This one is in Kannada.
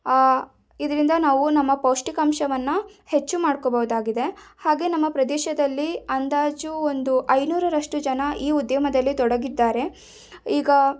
ಇದರಿಂದ ನಾವು ನಮ್ಮ ಪೌಷ್ಟಿಕಾಂಶವನ್ನು ಹೆಚ್ಚು ಮಾಡ್ಕೋಬಹುದಾಗಿದೆ ಹಾಗೆ ನಮ್ಮ ಪ್ರದೇಶದಲ್ಲಿ ಅಂದಾಜು ಒಂದು ಐನೂರರಷ್ಟು ಜನ ಈ ಉದ್ಯಮದಲ್ಲಿ ತೊಡಗಿದ್ದಾರೆ ಈಗ